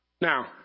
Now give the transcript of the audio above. Now